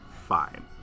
fine